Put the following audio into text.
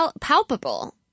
palpable